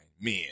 men